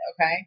okay